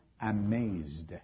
amazed